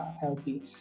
healthy